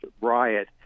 riot